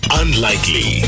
unlikely